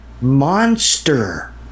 Monster